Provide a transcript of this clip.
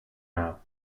now